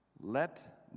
Let